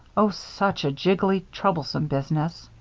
oh, such a jiggly, troublesome business!